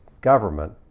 government